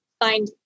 find